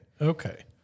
okay